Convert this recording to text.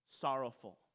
sorrowful